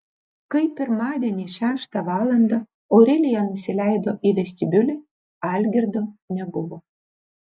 kai pirmadienį šeštą valandą aurelija nusileido į vestibiulį algirdo nebuvo